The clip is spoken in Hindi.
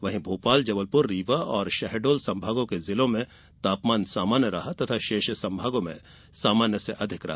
वहीं भोपाल जबलप्र रीवा और शहडोल से संभागों के जिलों में सामान्य तथा शेष संभागों में सामान्य से अधिक रहे